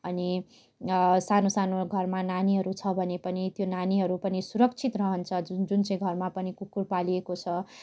अनि सानो सानो घरमा नानीहरू छ भने पनि त्यो नानीहरू पनि सुरक्षित रहन्छ जुन जुन चाहिँ घरमा पनि कुकुर पालिएको छ